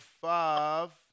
five